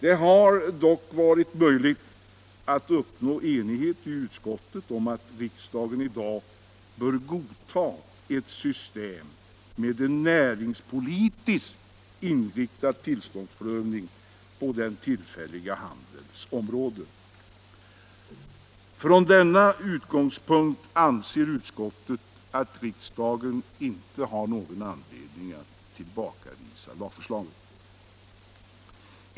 Det har dock varit möjligt att i utskottet uppnå enighet om att riksdagen i dag bör godta ett system med en näringspolitiskt inriktad tillståndsprövning på den tillfälliga handelns område. Från denna utgångspunkt anser utskottet att riksdagen inte har någon anledning att tillbakavisa lagförslaget.